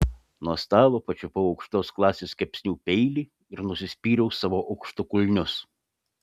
nuo stalo pačiupau aukštos klasės kepsnių peilį ir nusispyriau savo aukštakulnius